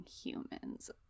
humans